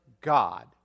God